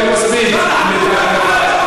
מה?